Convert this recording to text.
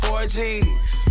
4G's